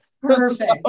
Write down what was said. Perfect